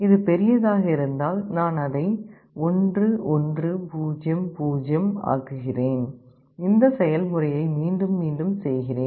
இது பெரியதாக இருந்தால் நான் அதை 1 1 0 0 ஆக்குகிறேன் இந்த செயல்முறையை மீண்டும் செய்கிறேன்